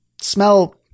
smell